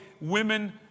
women